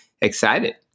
excited